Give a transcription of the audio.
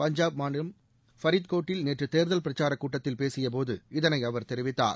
பஞ்சாப் மாநிலம் ஃபரித்கோட்டில் நேற்று தேர்தல் பிரச்சாரக் கூட்டத்தில் பேசியபோது இதனை அவர் தெரிவித்தார்